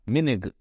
Minig